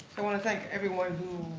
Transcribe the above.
i want to thank everyone